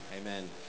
Amen